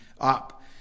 up